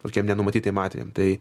tokiem nenumatytiem atvejam tai